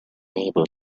able